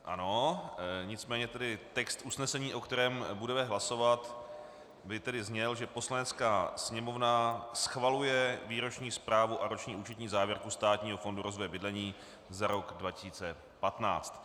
Ano, nicméně text usnesení, o kterém budeme hlasovat, by tedy zněl, že Poslanecká sněmovna schvaluje Výroční zprávu a roční účetní závěrku Státního fondu rozvoje bydlení za rok 2015.